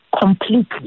completely